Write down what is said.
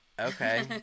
Okay